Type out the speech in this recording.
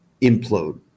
implode